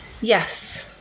yes